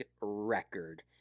record